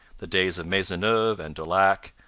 the days of maisonneuve and daulac,